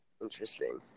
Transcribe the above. Interesting